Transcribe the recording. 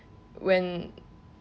when